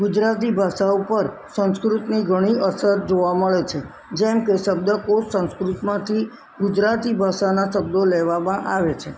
ગુજરાતી ભાષા ઉપર સંસ્કૃતની ઘણી અસર જોવા મળે છે જેમ કે શબ્દકોષ સંસ્કૃતમાંથી ગુજરાતી ભાષાના શબ્દો લેવામાં આવે છે